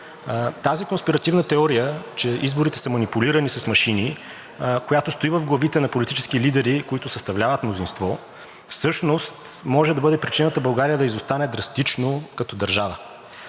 Тази конспиративна теория, че изборите са манипулирани с машини, която стои в главите на политически лидери, които съставляват мнозинство, всъщност може да бъде причината България да изостане драстично като държава.